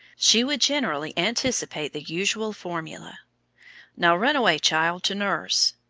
she would generally anticipate the usual formula now run away child, to nurse,